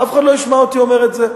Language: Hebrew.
אף אחד לא ישמע אותי אומר את זה.